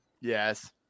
Yes